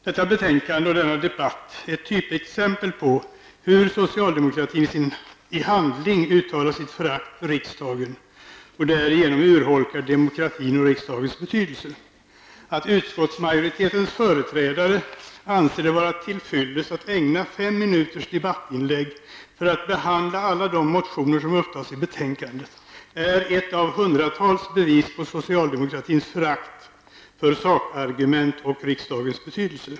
Detta betänkande och denna debatt är ett typexempel på hur socialdemorkatin i handling uttalar sitt förakt för riksdagen och därigenom urholkar demokratin och riksdagens betydelse. Att utskottsmajoritetens företrädare anser det vara till fyllest att ägna fem minuters debattinlägg för att behandla alla de motioner som tas upp i betänkandet är ett av hundratals bevis på socialdemokratins förakt för sakargument och för riksdagens betydelse.